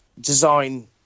design